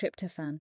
tryptophan